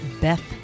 Beth